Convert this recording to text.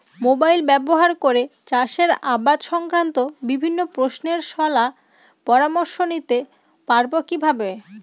Mobile ব্যাবহার করে চাষের আবাদ সংক্রান্ত বিভিন্ন প্রশ্নের শলা পরামর্শ নিতে পারবো কিভাবে?